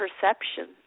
perception